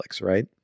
right